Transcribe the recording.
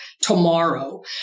tomorrow